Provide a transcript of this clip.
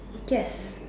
yes